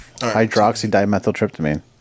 hydroxydimethyltryptamine